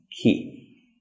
key